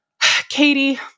Katie